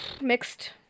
mixed